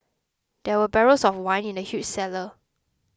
there were barrels of wine in the huge cellar